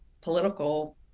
political